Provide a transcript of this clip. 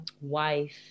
wife